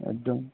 एगदम